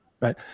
Right